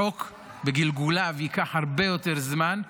החוק בגלגוליו ייקח הרבה יותר זמן,